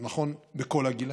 וזה נכון לכל הגילים,